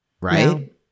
right